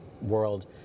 world